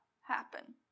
happen